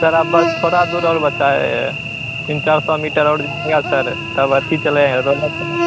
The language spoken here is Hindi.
सर अब बस थोड़ा दूर और बचा है तीन चार सौ मीटर और जाएगा सर तब अथी चलेगा रोलर चला